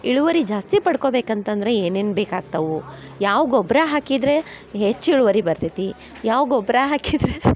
ಇಳುವರಿ ಜಾಸ್ತಿ ಪಡ್ಕೊಬೇಕು ಅಂತಂದರೆ ಏನೇನು ಬೇಕಾಗ್ತಾವು ಯಾವ ಗೊಬ್ಬರ ಹಾಕಿದರೆ ಹೆಚ್ಚು ಇಳುವರಿ ಬರ್ತೈತಿ ಯಾವ ಗೊಬ್ಬರ ಹಾಕಿದ್ದರೆ